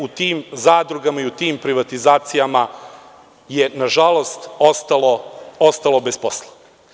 U tim zadrugama i u tim privatizacijama je 18.000 radnika ostalo bez posla.